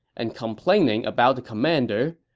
and complaining about the commander,